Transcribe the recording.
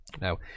Now